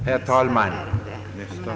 Herr talman!